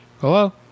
Hello